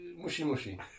Mushy-mushy